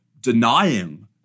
denying